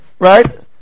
right